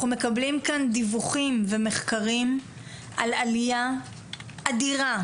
אנחנו מקבלים כאן דיווחים ומחקרים על עלייה אדירה,